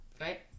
right